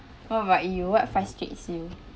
what about you what frustrates you